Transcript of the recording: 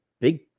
Big